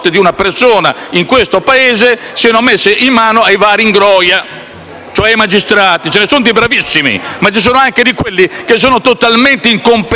cioè ai magistrati. Ce ne sono di bravissimi, ma ce sono anche di totalmente incompetenti ad entrare in questioni così delicate. Viene dunque esautorato il medico,